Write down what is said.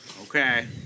okay